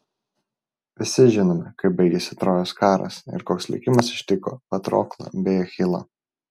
visi žinome kaip baigėsi trojos karas ir koks likimas ištiko patroklą bei achilą